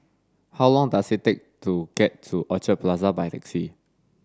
how long does it take to get to Orchard Plaza by taxi